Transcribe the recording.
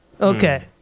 Okay